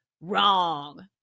wrong